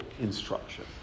instruction